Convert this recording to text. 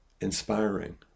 inspiring